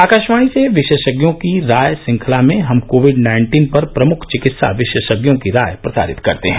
आकाशवाणी से विशेषज्ञों की राय श्रृंखला में हम कोविड नाइन्टीन पर प्रमुख चिकित्सा विशेषज्ञों की राय प्रसारित करते हैं